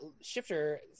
Shifter